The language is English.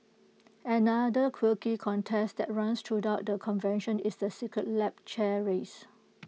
another quirky contest that runs throughout the convention is the secret lab chair race